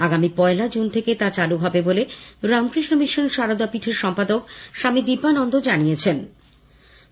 আগামী পয়লা জুন থেকে তা চালু হবে বলে রামকৃষ্ণ মিশন সারদাপীঠের সম্পাদক স্বামী দিব্যানন্দ জানিয়েছেন